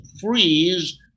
freeze